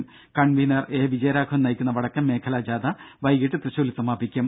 L D F convener A Vijayaraghavan നയിക്കുന്ന വടക്കൻ മേഖലാ ജാഥ വൈകീട്ട് തൃശൂരിൽ സമാപിക്കും